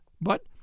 but